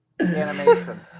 animation